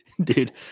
dude